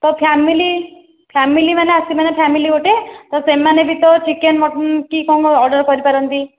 ତ family family ମାନେ ଆସିବେ ନା ଫ୍ୟାମିଲି ଗୋଟିଏ ତ ସେମାନେ ବି ତ ଚିକେନ ମଟନ କି କ'ଣ କ'ଣ ଅର୍ଡ଼ର କରିପାରନ୍ତି